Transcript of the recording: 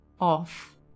off